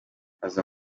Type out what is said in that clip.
aza